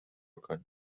کنید